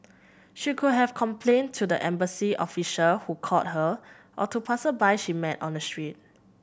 she could have complained to the embassy official who called her or to she met on the street